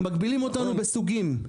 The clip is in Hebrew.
מגבילים אותנו בסוגים,